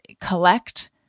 collect